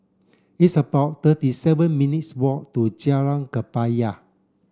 it's about thirty seven minutes' walk to Jalan Kebaya